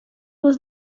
was